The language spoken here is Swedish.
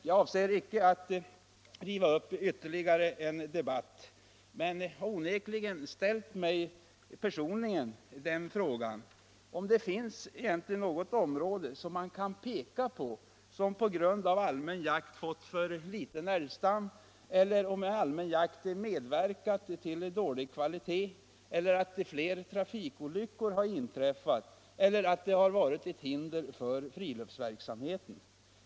Jag avser inte att riva upp ytterligare en debatt, men jag har personligen ställt mig frågan om det egentligen finns något område att peka på, som på grund av allmän jakt fått för liten älgstam, där allmän jakt medverkat till dålig älgkvalitet, där fler trafikolyckor har inträffat eller där jakten har varit ett hinder för annan friluftsverksamhet.